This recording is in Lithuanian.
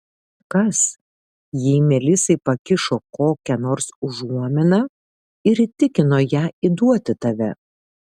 kas jei melisai pakišo kokią nors užuominą ir įtikino ją įduoti tave